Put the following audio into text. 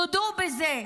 תודו בזה,